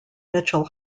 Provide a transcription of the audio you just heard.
mitchell